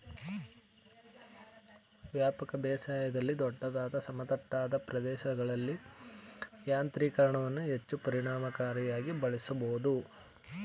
ವ್ಯಾಪಕ ಬೇಸಾಯದಲ್ಲಿ ದೊಡ್ಡದಾದ ಸಮತಟ್ಟಾದ ಪ್ರದೇಶಗಳಲ್ಲಿ ಯಾಂತ್ರೀಕರಣವನ್ನು ಹೆಚ್ಚು ಪರಿಣಾಮಕಾರಿಯಾಗಿ ಬಳಸ್ಬೋದು